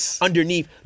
underneath